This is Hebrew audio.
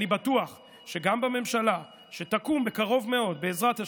אני בטוח שגם בממשלה שתקום בקרוב מאוד, בעזרת השם,